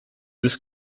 was